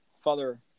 Father